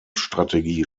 strategie